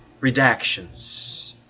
redactions